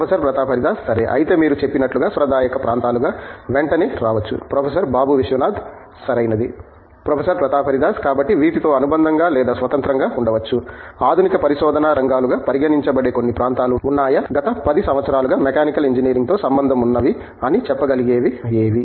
professor Pratap Haridas సరే అయితే మీరు చెప్పినట్లుగా సాంప్రదాయక ప్రాంతాలుగా వెంటనే రావచ్చు ప్రొఫెసర్ బాబు విశ్వనాథ్ సరైనది ప్రొఫెసర్ ప్రతాప్ హరిదాస్ కాబట్టి వీటితో అనుబంధంగా లేదా స్వతంత్రంగా ఉండవచ్చు ఆధునిక పరిశోధనా రంగాలుగా పరిగణించబడే కొన్ని ప్రాంతాలు ఉన్నాయా గత 10 సంవత్సరాలుగా మెకానికల్ ఇంజనీరింగ్తో సంబంధం ఉన్నవి అని చెప్పగలిగేవి ఏవి